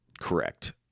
Correct